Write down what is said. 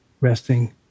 resting